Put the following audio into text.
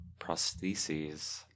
prostheses